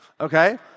Okay